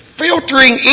filtering